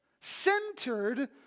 centered